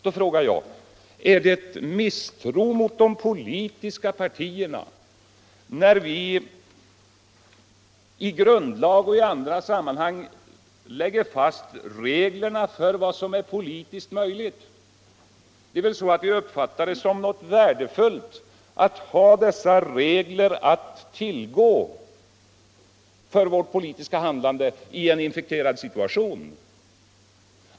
Då frågar jag: Är det misstro mot de politiska partierna när vi i grundlag och i andra sammanhang lägger fast regler för vad som är politiskt möjligt? Det är väl i stället så att vi uppfattar det som något värdefullt att ha dessa regler att tillgå för vårt politiska handlande i en infekterad situation!